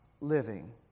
living